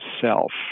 self